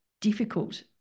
difficult